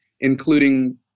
including